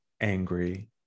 angry